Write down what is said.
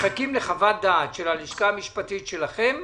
הם מחכים לחוות דעת של הלשכה המשפטית שלכם,